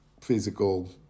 physical